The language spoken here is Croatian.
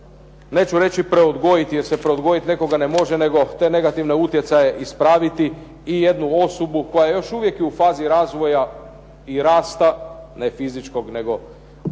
neću reći preodgojiti jer se preodgojiti nekoga ne može nego te negativne utjecaje ispraviti i jednu osobu koja još uvijek je u fazi razvoja i rasta, ne fizičkog nego rasta